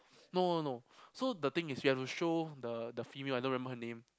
no no no so the thing is he have to show the the female I don't remember her name